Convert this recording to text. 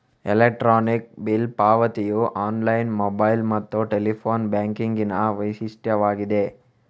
electronic bill ಪಾವತಿಯು online, mobile ಮತ್ತು telephone ಬ್ಯಾಂಕಿಂಗಿನ ವೈಶಿಷ್ಟ್ಯವಾಗಿದೆ